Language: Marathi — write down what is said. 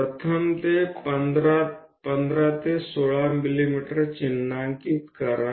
प्रथम 15 ते 16 मिमी चिन्हांकित करा